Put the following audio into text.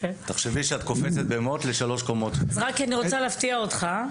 אני רוצה להפתיע אותך: